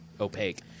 opaque